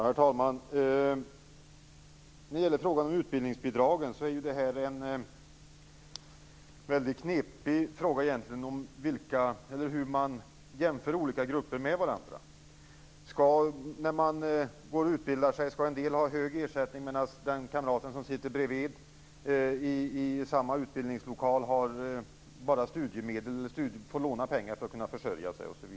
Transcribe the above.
Herr talman! Frågan om utbildningsbidragen är ju egentligen väldigt knepig. Det handlar om hur man jämför olika grupper med varandra. Skall en del av dem som utbildar sig ha en hög ersättning, medan kamraten som sitter bredvid i samma utbildningslokal får låna pengar för att kunna försörja sig?